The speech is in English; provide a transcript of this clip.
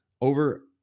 over